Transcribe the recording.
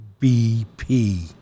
BP